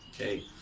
Okay